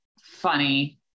funny